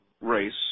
race